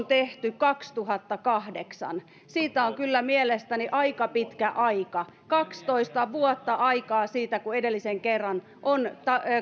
tehty kaksituhattakahdeksan siitä on kyllä mielestäni aika pitkä aika on kaksitoista vuotta aikaa siitä kun edellisen kerran on